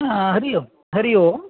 हरिः ओं हरिः ओम्